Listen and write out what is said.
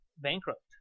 bankrupt